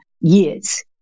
years